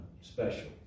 special